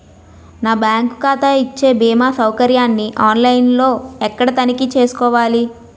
నా బ్యాంకు ఖాతా ఇచ్చే భీమా సౌకర్యాన్ని ఆన్ లైన్ లో ఎక్కడ తనిఖీ చేసుకోవాలి?